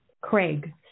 craig